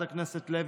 הכנסת לסקי,